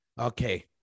okay